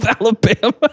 Alabama